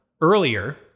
earlier